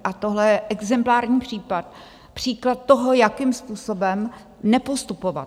A tohle je exemplární příklad toho, jakým způsobem nepostupovat.